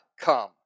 come